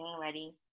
ready